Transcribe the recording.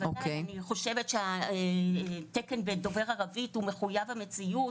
אני חושבת שהתקן לדובר ערבית הוא מחויב המציאות.